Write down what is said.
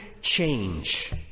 change